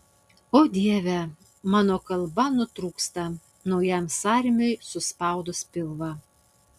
o dieve mano kalba nutrūksta naujam sąrėmiui suspaudus pilvą